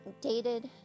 dated